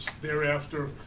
thereafter